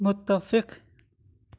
متفق